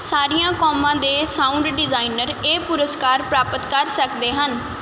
ਸਾਰੀਆਂ ਕੌਮਾਂ ਦੇ ਸਾਊਂਡ ਡਿਜ਼ਾਈਨਰ ਇਹ ਪੁਰਸਕਾਰ ਪ੍ਰਾਪਤ ਕਰ ਸਕਦੇ ਹਨ